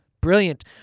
Brilliant